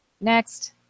next